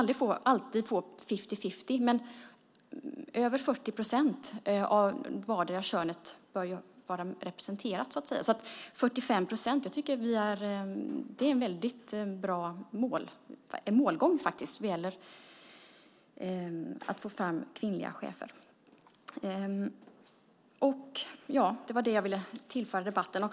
Vi kan inte alltid få 50-50, men över 40 procent av vartdera könet bör vara representerat. Så 45 procent tycker jag är en väldigt bra målgång vad gäller att få fram kvinnliga chefer. Det var det jag ville tillföra debatten.